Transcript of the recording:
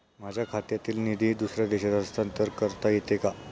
माझ्या खात्यातील निधी दुसऱ्या देशात हस्तांतर करता येते का?